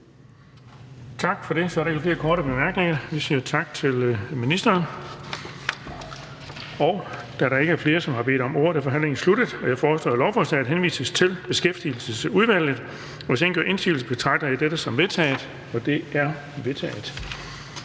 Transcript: Tak for det. Så er der ikke flere korte bemærkninger, og vi siger tak til ministeren. Da der ikke er flere, som har bedt om ordet, er forhandlingen sluttet. Jeg foreslår, at lovforslaget henvises til Beskæftigelsesudvalget. Og hvis ingen gør indsigelse, betragter jeg dette som vedtaget. Det er vedtaget.